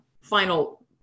final